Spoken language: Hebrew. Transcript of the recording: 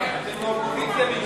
אתם האופוזיציה בגלל זה.